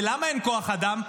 ולמה אין כוח אדם?